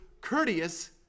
courteous